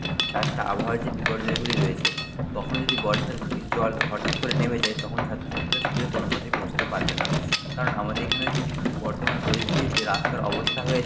তাছাড়া আবহাওয়ার যে বিপর্যয়গুলি রয়েছে কখনো যদি বর্ষার জল হঠাৎ করে নেমে যায় তখন ছাত্র ছাত্রীরা স্কুলে কোনো মতেই পৌঁছতে পারবে না কারণ আমাদের এখানের যে বর্তমান পরিস্থিতিতে রাস্তার অবস্থা হয়েছে